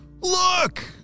Look